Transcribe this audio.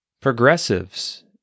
Progressives